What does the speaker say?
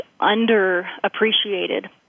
underappreciated